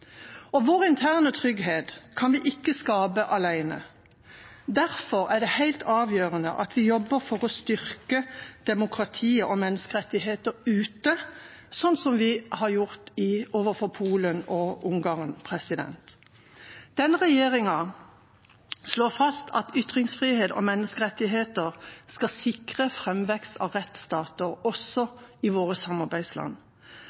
Vår interne trygghet kan vi ikke skape alene. Derfor er det helt avgjørende at vi jobber for å styrke demokratiet og menneskerettigheter ute, slik vi har gjort overfor Polen og Ungarn. Denne regjeringa slår fast at ytringsfrihet og menneskerettigheter skal sikre framvekst av rettsstater,